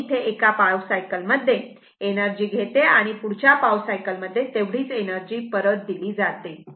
म्हणून इथे एका पाव सायकल मध्ये एनर्जी घेते आणि पुढच्या पाव सायकल मध्ये तेवढीच एनर्जी परत दिली जाते